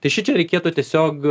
tai šičia reikėtų tiesiog